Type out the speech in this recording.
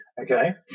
okay